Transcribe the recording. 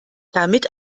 damit